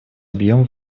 объем